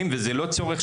כי אני לא רוצה